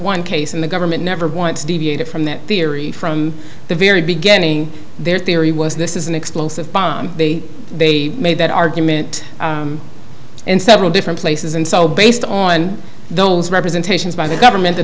one case and the government never want to deviate from that theory from the very beginning their theory was this is an explosive bomb they made that argument in several different places and so based on those representations by the government the